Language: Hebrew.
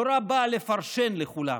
נורא בא לפרשן, לכולם.